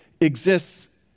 exists